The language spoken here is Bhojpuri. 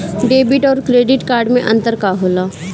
डेबिट और क्रेडिट कार्ड मे अंतर का होला?